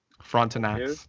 Frontenac